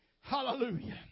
Hallelujah